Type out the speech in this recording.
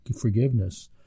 forgiveness